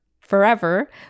forever